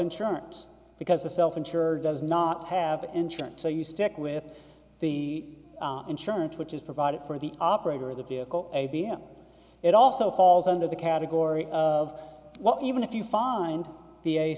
insurance because the self insured does not have insurance so you stick with the insurance which is provided for the operator of the vehicle a b s it also falls under the category of what even if you find the a